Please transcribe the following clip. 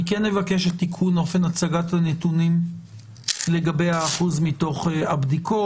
אני כן אבקש את תיקון אופן הצגת הנתונים לגבי האחוז מתוך הבדיקות.